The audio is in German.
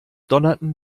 donnerten